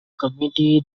committee